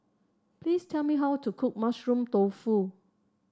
please tell me how to cook Mushroom Tofu